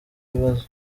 ibibazo